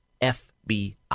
FBI